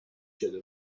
شده